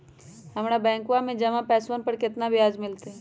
हम्मरा बैंकवा में जमा पैसवन पर कितना ब्याज मिलतय?